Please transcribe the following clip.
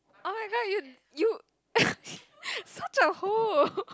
oh-my-god you you such a hoe